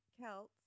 Celts